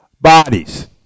bodies